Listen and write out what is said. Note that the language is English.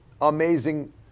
amazing